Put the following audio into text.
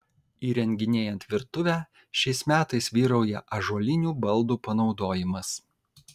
įrenginėjant virtuvę šiais metais vyrauja ąžuolinių baldų panaudojimas